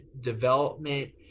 development